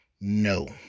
No